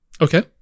Okay